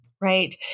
Right